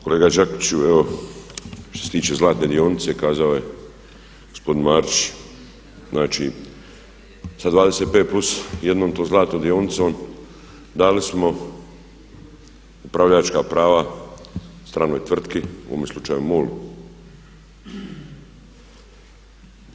Kolega Đakiću, evo što se tiče zlatne dionice kazao je gospodin Marić, znači sa 25+1 tom zlatnom dionicom dali smo upravljačka prava stranoj tvrtki u ovom slučaju MOL-u.